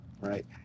right